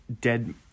dead